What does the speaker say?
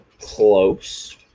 close